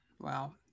Wow